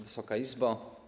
Wysoka Izbo!